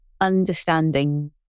understanding